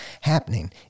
happening